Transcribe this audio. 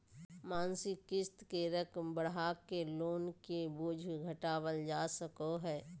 मासिक क़िस्त के रकम बढ़ाके लोन के बोझ घटावल जा सको हय